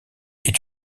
est